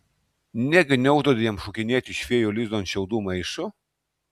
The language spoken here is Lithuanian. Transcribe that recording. negi neuždraudė jam šokinėti iš fėjų lizdo ant šiaudų maišo